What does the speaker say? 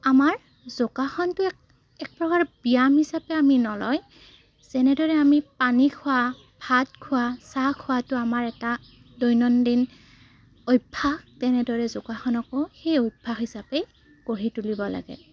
আমাৰ যোগাসনটো এক এক প্ৰ্ৰকাৰৰ ব্যায়াম হিচাপে আমি নলয় যেনেদৰে আমি পানী খোৱা ভাত খোৱা চাহ খোৱাটো আমাৰ এটা দৈনন্দিন অভ্যাস তেনেদৰে যোগাসনকো সেই অভ্যাস হিচাপে গঢ়ি তুলিব লাগে